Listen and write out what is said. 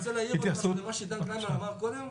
אני רוצה להעיר על מה שעידן קלימן אמר קודם.